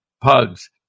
Pugs